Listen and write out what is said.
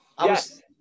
Yes